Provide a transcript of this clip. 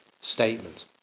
statement